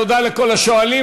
תודה לכל השואלים.